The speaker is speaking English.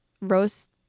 roast